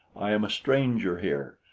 i am a stranger here,